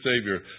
Savior